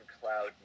cloud